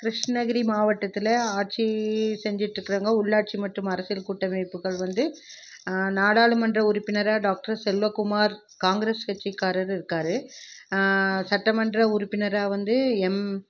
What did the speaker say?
கிருஷ்ணகிரி மாவட்டத்தில் ஆட்சி செஞ்சுட்ருக்கவங்க உள்ளாட்சி மற்றும் அரசியல் கூட்டமைப்புகள் வந்து நாடாளுமன்ற உறுப்பினராக டாக்ட்ரு செல்வகுமார் காங்கிரஸ் கட்சிக்காரர் இருக்கார் சட்டமன்ற உறுப்பினராக வந்து எம்